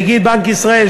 נגיד בנק ישראל,